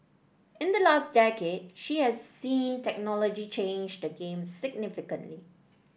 in the last decade she has seen technology change the game significantly